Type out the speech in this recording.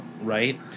Right